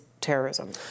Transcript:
terrorism